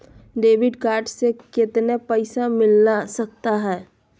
Debit card से कितने पैसे मिलना सकता हैं?